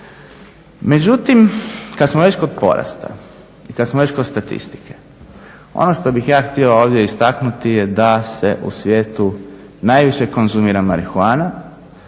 Međutim, kad smo već kod porasta i kad smo već kod statistike ono što bih ja htio ovdje istaknuti je da se u svijetu najviše konzumira marihuana,